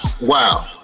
Wow